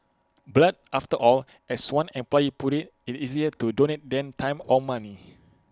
blood after all as one employee put IT it is easier to donate than time or money